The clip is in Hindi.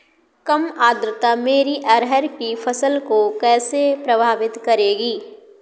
कम आर्द्रता मेरी अरहर की फसल को कैसे प्रभावित करेगी?